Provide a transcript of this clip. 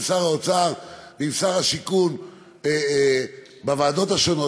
שר האוצר ועם שר השיכון בוועדות השונות.